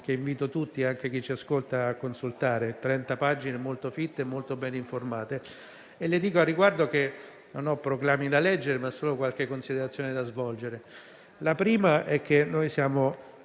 E invito tutti, anche chi ci ascolta, a consultare le relative pagine molto fitte e molto bene informate. Al riguardo le dico che non ho proclami da leggere ma solo qualche considerazione da svolgere. La prima è che noi siamo